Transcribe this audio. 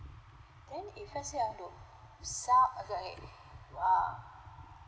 then if let's say I want to sell okay I ah